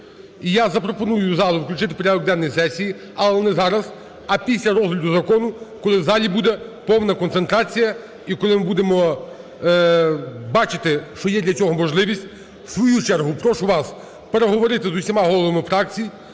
я запропоную залу включити в порядок денний сесії, але не зараз, а після розгляду закону, коли в залі буде повна концентрація і коли ми будемо бачити, що є для цього можливість. В свою чергу, прошу вас переговорити з усіма головами фракцій,